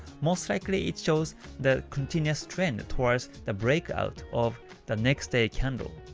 most likely it shows the continuous trend towards the breakout of the next day candle.